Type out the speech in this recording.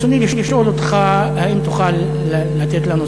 ברצוני לשאול אותך: האם תוכל לתת לנו